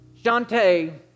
Shantae